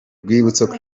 rwibutso